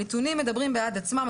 הנתונים מדברים בעד עצמם.